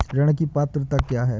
ऋण की पात्रता क्या है?